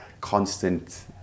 constant